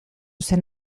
zen